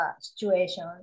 situation